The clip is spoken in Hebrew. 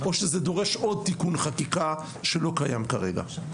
או שזה דורש עוד תיקון חקיקה שלא קיים כרגע.